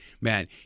Man